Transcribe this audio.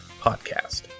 podcast